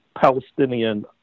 Palestinian